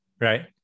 right